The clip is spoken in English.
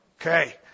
Okay